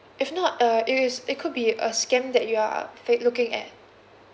if not uh it is it could be a scam that you are faked looking at